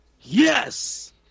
Yes